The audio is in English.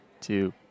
two